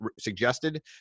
suggested